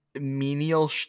menial